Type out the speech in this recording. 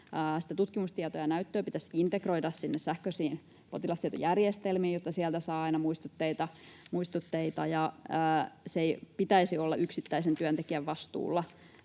tutkimustietoa ja näyttöä pitäisi integroida sähköisiin potilastietojärjestelmiin, jotta sieltä saa aina muistutteita, ja ei pitäisi olla yksittäisen työntekijän vastuulla